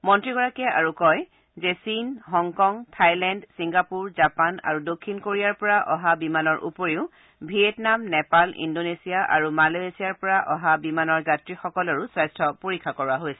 মন্ত্ৰীগৰাকীয়ে আৰু কয় যে চীন হংকং থাইলেণ্ড চিংগাপুৰ জাপান আৰু দক্ষিণ কৰিয়াৰ পৰা অহা বিমানৰ উপৰিও ভিয়েটনাম নেপাল ইণ্ডোনেচিয়া আৰু মালোয়েচিৰ পৰা অহা বিমানৰ যাত্ৰীসকলৰো স্বাস্থ্য পৰীক্ষা কৰোৱা হৈছে